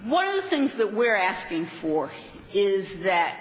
one of the things that we're asking for is that